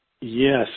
Yes